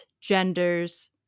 genders